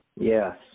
Yes